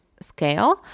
scale